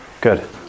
good